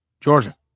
Georgia